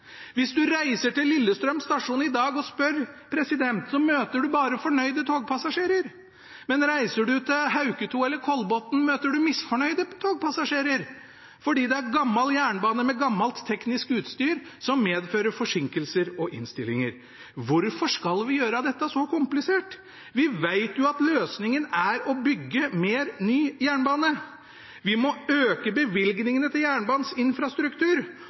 Hvis du reiser til Lillestrøm stasjon i dag og spør, så møter du bare fornøyde togpassasjerer. Men reiser du til Hauketo eller Kolbotn, møter du misfornøyde togpassasjerer fordi det er gammel jernbane med gammelt teknisk utstyr som medfører forsinkelser og innstillinger. Hvorfor skal vi gjøre dette så komplisert? Vi vet jo at løsningen er å bygge mer ny jernbane. Vi må øke bevilgningene til jernbanens infrastruktur,